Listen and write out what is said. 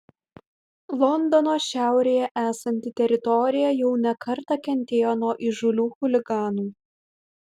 londono šiaurėje esanti teritorija jau ne kartą kentėjo nuo įžūlių chuliganų